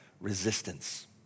resistance